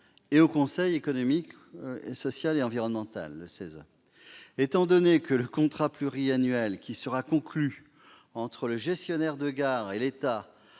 et au Conseil économique, social et environnemental. Étant donné que le contrat pluriannuel qui sera conclu entre le gestionnaire de gares et l'État